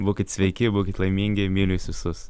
būkit sveiki būkit laimingi myliu jus visus